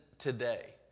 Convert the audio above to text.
Today